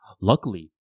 Luckily